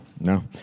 No